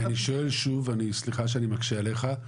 סליחה שאני מקשה עליך,